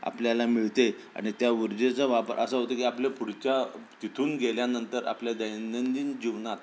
आपल्याला मिळते आणि त्या ऊर्जेचा वापर असं होतं की आपल्या पुढच्या तिथून गेल्यानंतर आपल्या दैनंदिन जीवनात